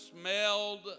smelled